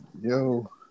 yo